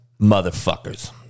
motherfuckers